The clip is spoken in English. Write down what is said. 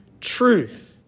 truth